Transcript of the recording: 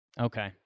Okay